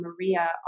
Maria